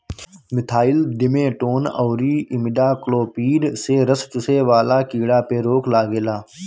methyl demeton अउरी imidacloprid से रस चुसे वाला कीड़ा पे रोक लागेला